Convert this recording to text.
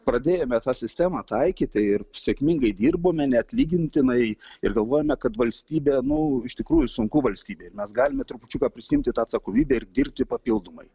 pradėjome tą sistemą taikyti ir sėkmingai dirbome neatlygintinai ir galvojome kad valstybė nu iš tikrųjų sunku valstybei mes galime trupučiuką prisiimti atsakomybę ir dirbti papildomai